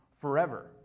forever